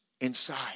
inside